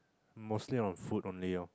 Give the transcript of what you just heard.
mostly on food only ah